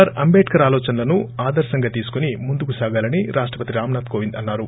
are Ambedkar ఆలోచనలను ఆదర్పంగా తీసుకుని ముందుకు సాగాలని రాష్టపతి రామ్నాథ్ కోవింద్ అన్నారు